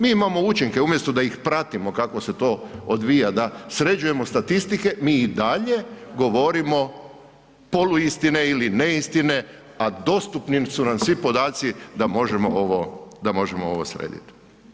Mi imamo učinke, umjesto da ih pratimo kako se to odvija, da sređujemo statistike, mi i dalje govorimo poluistine ili neistine a dostupni su nam svi podaci da možemo ovo srediti.